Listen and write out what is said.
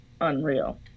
unreal